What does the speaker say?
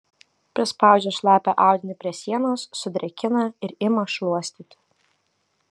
prispaudžia šlapią audinį prie sienos sudrėkina ir ima šluostyti